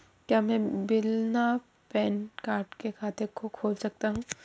क्या मैं बिना पैन कार्ड के खाते को खोल सकता हूँ?